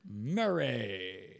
Murray